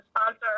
sponsor